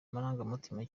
amarangamutima